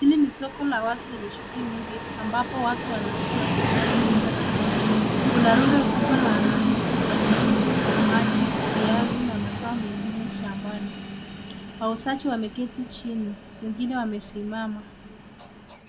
Hili ni soko la wazi lenye shughuli nyingi ambapo watu wanauza na kununua matunda na mboga. Kuna rundo kubwa la matikiti maji, viazi, na mazao mengine shambani. Wauzaji wameketi chini , wengine wamesimama.